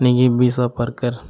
நீங்கள் pizza burger